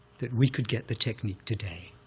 that we could get the technique today.